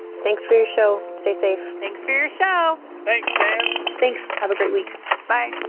thanks for your show. stay safe thanks for your show thanks, sam thanks. have a great week bye